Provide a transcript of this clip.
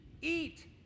Eat